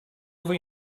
over